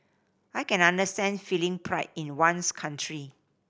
I can understand feeling pride in one's country